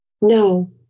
No